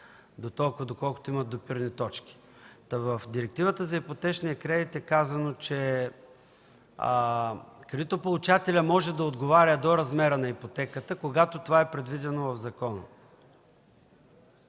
двата, доколкото имат допирни точки. В Директивата за ипотечния кредит е казано, че кредитополучателят може да отговаря до размера на ипотеката, когато това е предвидено в закон.